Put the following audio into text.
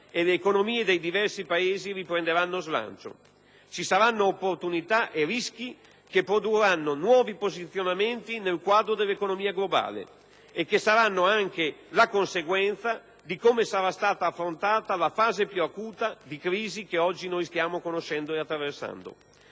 e le economie dei diversi Paesi riprenderanno slancio. Ci saranno opportunità e rischi che produrranno nuovi posizionamenti nel quadro dell'economia globale e che saranno anche la conseguenza di come sarà stata affrontata la fase più acuta della crisi che oggi stiamo conoscendo e attraversando.